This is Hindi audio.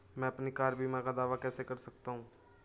मैं अपनी कार बीमा का दावा कैसे कर सकता हूं?